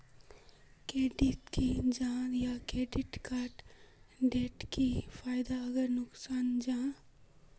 Credit की जाहा या क्रेडिट कार्ड डोट की फायदा आर नुकसान जाहा?